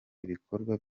ibikorwa